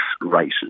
races